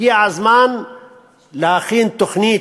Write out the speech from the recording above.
הגיע הזמן להכין תוכנית.